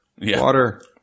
Water